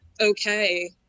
okay